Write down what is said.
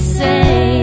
say